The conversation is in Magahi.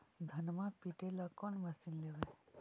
धनमा पिटेला कौन मशीन लैबै?